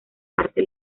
parte